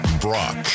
Brock